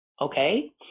Okay